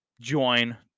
join